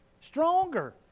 Stronger